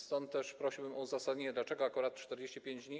Stąd też prosiłbym o uzasadnienie, dlaczego akurat 45 dni.